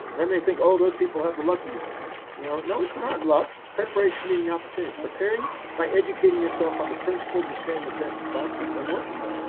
then they think, oh, those people have the lucky you know, no, it's not luck. it's preparation meeting opportunity, it's preparing by educating yourself on the principles that stand the test of time and working them.